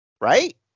right